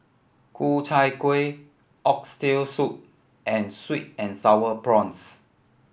Ku Chai Kuih Oxtail Soup and sweet and Sour Prawns